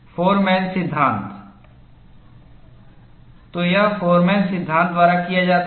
foreman सिद्धांत तो यह फोरमैन सिद्धांत द्वारा किया जाता है